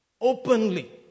Openly